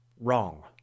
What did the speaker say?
wrong